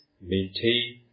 maintain